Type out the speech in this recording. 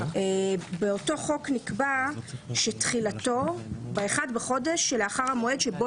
באותו חוק נקבע שתחילתו ב-1 בחודש שלאחר המועד שבו